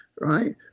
right